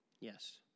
Yes